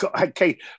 Okay